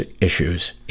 issues